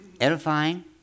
edifying